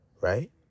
Right